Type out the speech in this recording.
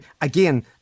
again